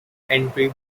entry